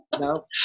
No